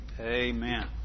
Amen